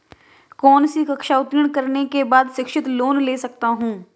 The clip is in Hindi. कौनसी कक्षा उत्तीर्ण करने के बाद शिक्षित लोंन ले सकता हूं?